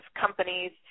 companies